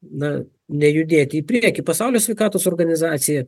na nejudėti į priekį pasaulio sveikatos organizacija